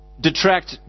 detract